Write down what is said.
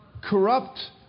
corrupt